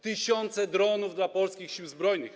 Tysiące dronów dla polskich Sił Zbrojnych.